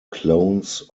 clones